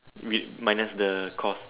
with minus the cost